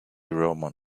roman